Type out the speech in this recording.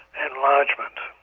and enlargement,